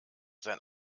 sein